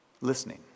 Listening